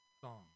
song